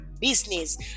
business